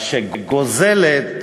שגוזלת